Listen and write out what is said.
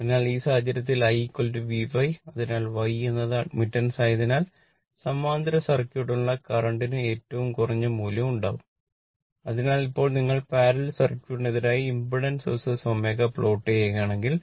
അതിനാൽ ഈ സാഹചര്യത്തിൽ IYV അതിനാൽ Y എന്നത് അഡ്മിറ്റൻസ് ആയതിനാൽ സമാന്തര സർക്യൂട്ടിനുള്ള കറന്റിനു ഏറ്റവും കുറഞ്ഞ മൂല്യം ഉണ്ടാവും അതിനാൽ ഇപ്പോൾ നിങ്ങൾ പാരലൽ സർക്യൂട്ടിന് എതിരായി ഇംപെഡൻസ് ω പ്ലോട്ട് ചെയ്യുകയാണെങ്കിൽ